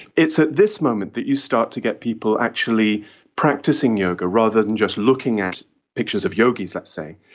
it's at this moment that you start to get people actually practising yoga rather than just looking at pictures of yogis, let's say,